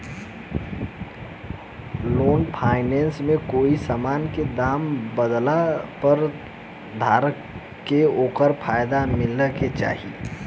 long finance में कोई समान के दाम बढ़ला पर धारक के ओकर फायदा मिले के चाही